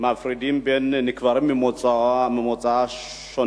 מפרידים בין נקברים ממוצא שונה,